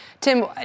Tim